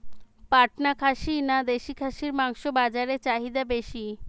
পাটনা খাসি না দেশী খাসির মাংস বাজারে চাহিদা বেশি?